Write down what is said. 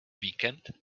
víkend